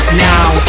now